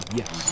yes